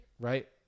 right